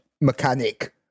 mechanic